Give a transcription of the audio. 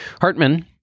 Hartman